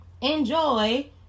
enjoy